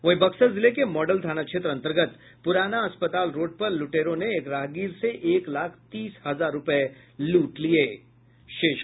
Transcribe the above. वहीं बक्सर जिले के मॉडल थाना क्षेत्र अंतर्गत पुराना अस्पताल रोड पर लुटेरों ने एक राहगीर से एक लाख तीस हजार रूपये लूट लिये